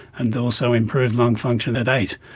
and also improve lung function at eight.